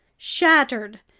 shattered,